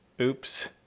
Oops